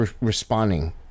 responding